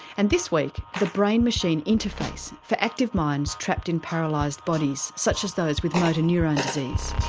and this week, the brain machine interface for active minds trapped in paralysed bodies such as those with motor neurone disease.